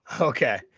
okay